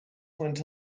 went